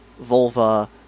vulva